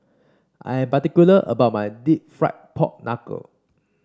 I am particular about my deep fried Pork Knuckle